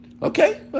Okay